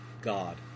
God